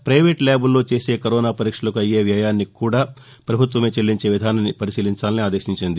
private ల్యాబ్ల్లో చేసే corona పరీక్షలకు అయ్యే వ్యయాన్ని కూడా ప్రభుత్వమే చెల్లించే విధానాన్ని పరిశీలించాలని ఆదేశించింది